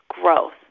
growth